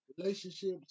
Relationships